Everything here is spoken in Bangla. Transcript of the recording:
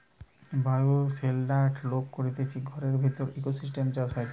বায়োশেল্টার লোক করতিছে ঘরের ভিতরের ইকোসিস্টেম চাষ হয়টে